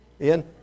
Ian